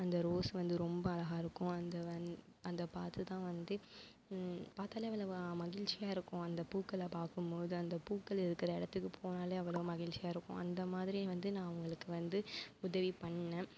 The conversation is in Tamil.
அந்த ரோஸ் வந்து ரொம்ப அழகாக இருக்கும் அந்த அந் அந்த அதுதான் வந்து பார்த்தாலே அவ்வளவு மகிழ்சியாக இருக்கும் அந்த பூக்களை பார்க்கும்போது அந்த பூக்கள் இருக்கிற இடத்துக்கு போனாலே அவ்வளவு மகிழ்சியாக இருக்கும் அந்த மாதிரி வந்து நான் அவங்களுக்கு வந்து உதவி பண்ணன்